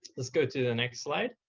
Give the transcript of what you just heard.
let's go to the next slide.